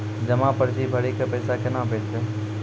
जमा पर्ची भरी के पैसा केना भेजबे?